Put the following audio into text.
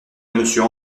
monsieur